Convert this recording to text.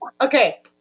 okay